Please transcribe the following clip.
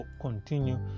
Continue